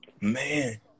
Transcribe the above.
man